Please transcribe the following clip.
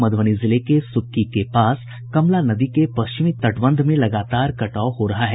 मधुबनी जिले के सुक्की के पास कमला नदी के पश्चिमी तटबंध में लगातार कटाव हो रहा है